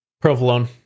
Provolone